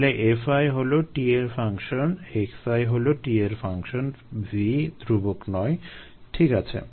তাহলে Fi হলো t এর ফাংশন xi হলো t এর ফাংশন V ধ্রুবক নয় ঠিক আছে